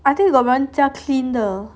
I think 有人家 clean 的